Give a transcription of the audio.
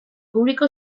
público